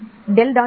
D ¿0 மற்றும் V